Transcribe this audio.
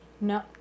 No